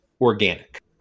organic